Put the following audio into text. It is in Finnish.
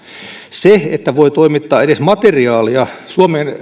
se että voi edes toimittaa materiaalia suomen